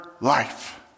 life